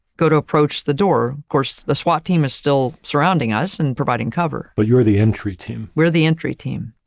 go to approach the door. of course, the swat team is still surrounding us and providing cover. but you're the entry team. we're the entry team.